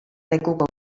lekuko